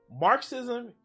Marxism